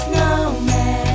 Snowman